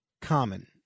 common